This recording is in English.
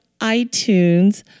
iTunes